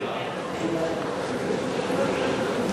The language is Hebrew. אומרת שאם יש התרעות,